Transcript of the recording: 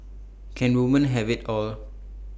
can woman have IT all